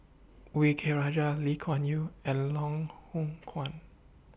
V K Rajah Lee Kuan Yew and Loh Hoong Kwan